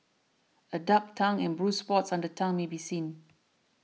a dark tongue and bruised spots on the tongue may be seen